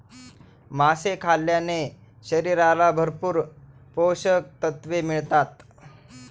मासे खाल्ल्याने शरीराला भरपूर पोषकतत्त्वे मिळतात